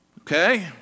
okay